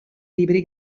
libri